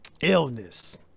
illness